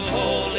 Holy